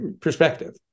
perspective